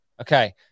Okay